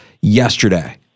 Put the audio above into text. yesterday